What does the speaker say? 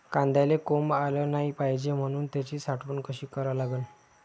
कांद्याले कोंब आलं नाई पायजे म्हनून त्याची साठवन कशी करा लागन?